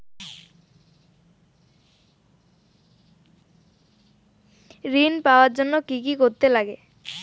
ঋণ পাওয়ার জন্য কি কি করতে লাগে?